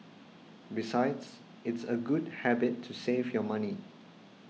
besides it's a good habit to save your money